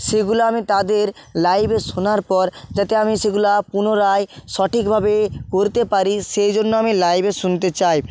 সেগুলো আমি তাদের লাইভে শোনার পর যাতে আমি সেগুলো পুনরায় সঠিকভাবে করতে পারি সেই জন্য আমি লাইভে শুনতে চাই